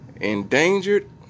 Endangered